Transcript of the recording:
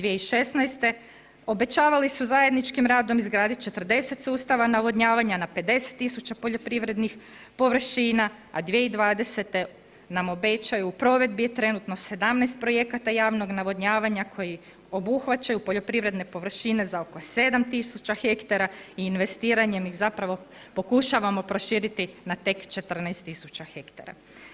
2016. obećavali su zajedničkim radom izgradit 40 sustava navodnjavanja na 50 000 poljoprivrednih površina a 2020. nam obećaju u provedbi je trenutno 17 projekata javnog navodnjavanja koji obuhvaćaju poljoprivredne površine za oko 7000 ha i investiranjem ih zapravo pokušavamo proširiti na tek 14 000 hektara.